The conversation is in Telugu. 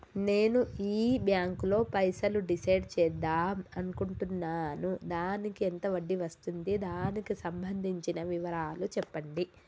నేను ఈ బ్యాంకులో పైసలు డిసైడ్ చేద్దాం అనుకుంటున్నాను దానికి ఎంత వడ్డీ వస్తుంది దానికి సంబంధించిన వివరాలు చెప్పండి?